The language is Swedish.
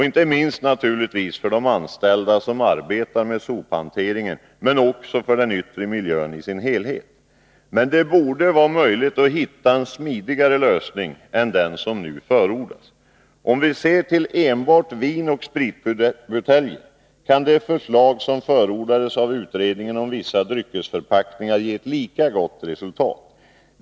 Inte minst viktigt är det för de anställda som arbetar med sophanteringen, men också för den yttre miljön i dess helhet. Men det borde vara möjligt att hitta en smidigare lösning än den som nu förordas. Om vi ser till enbart vinoch spritbuteljer kan det förslag som förordades av utredningen om vissa dryckesförpackningar ge ett lika gott resultat.